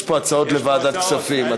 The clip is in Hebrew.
יש פה הצעות לוועדת כספים.